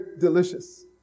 delicious